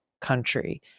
country